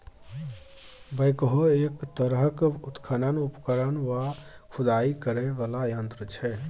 backhoe एक तरहक उत्खनन उपकरण वा खुदाई करय बला यंत्र छै